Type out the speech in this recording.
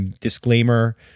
Disclaimer